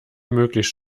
möglichst